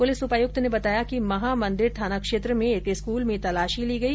police उपायुक्त ने बताया कि महामंदिर थाना क्षेत्र में एक स्कूल में तलाशी ली गई